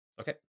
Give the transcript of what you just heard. Okay